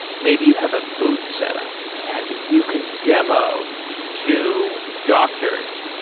maybe you have a booth set up and you can demo two doctors.